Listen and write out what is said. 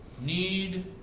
need